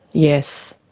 yes,